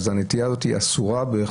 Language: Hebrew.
אז הנטיעה הזאת היא אסורה בהחלט.